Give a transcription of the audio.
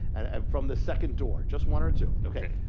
and and from the second door. just one or two. okay.